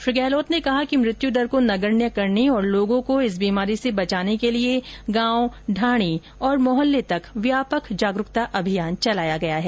श्री गहलोत ने कहा कि मृत्यु दर को नगण्य करने और लोगों को इस बीमारी से बचाने के लिए गांव ढाणी और मोहल्ले तक व्यापक जागरूकता अभियान चलाया गया है